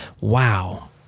wow